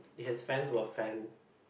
his fans were fan